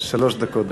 שלוש דקות.